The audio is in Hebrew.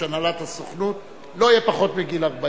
הנהלת הסוכנות לא יהיה פחות מ-40?